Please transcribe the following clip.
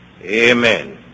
Amen